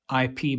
IP